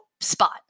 spot